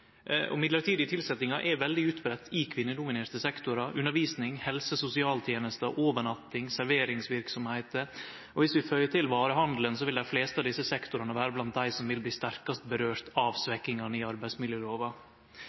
og mellombelse tilsetjingar er veldig utbreidde i kvinnedominerte sektorar, undervisning, helse- og sosialtenester, overnatting, serveringsverksemder, og dersom vi føyer til varehandelen, vil dei fleste av desse sektorane vere blant dei som vil bli sterkast ramma av svekkinga av arbeidsmiljølova.